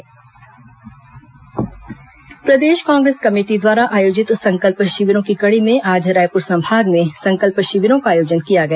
कांग्रेस संकल्प शिविर प्रदेश कांग्रेस कमेटी द्वारा आयोजित संकल्प शिविरों की कड़ी में आज रायपुर संभाग में संकल्प शिविरों का आयोजन किया गया